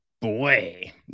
Boy